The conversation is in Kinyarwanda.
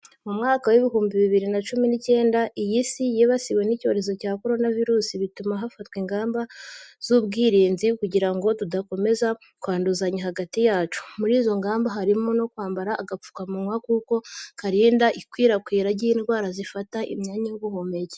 Mu mwaka w'ibihumbi bibiri na cumi n'icyenda isi yibasiwe n'icyorezo cya korona virusi bituma hafatwa ingamba z'ubwirinzi kugira ngo tudakomeza kwanduzanya hagati yacu. Muri izo ngamba harimo no kwambara agapfukamunwa kuko karinda ikwirakwira ry'indwara zifata imyanya y'ubuhumekero.